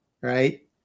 right